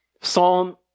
Psalm